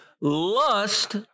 Lust